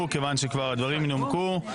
בושה וחרפה.